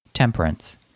Temperance